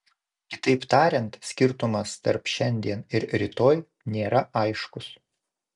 kitaip tariant skirtumas tarp šiandien ir rytoj nėra aiškus